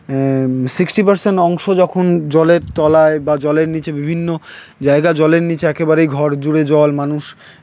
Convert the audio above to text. sixty percent অংশ যখন জলের তলায় বা জলের নিচে বিভিন্ন জায়গা জলের নিচে একেবারেই ঘর জুড়ে জল মানুষ